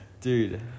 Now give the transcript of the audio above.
Dude